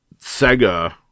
Sega